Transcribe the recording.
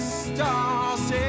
stars